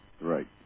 Right